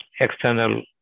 external